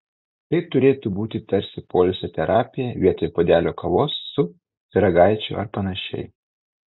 tai turėtų būti tarsi poilsio terapija vietoj puodelio kavos su pyragaičiu ar panašiai